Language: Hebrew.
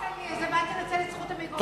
אל תנצל את זכות המיקרופון שלך.